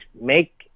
make